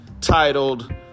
titled